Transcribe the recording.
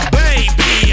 baby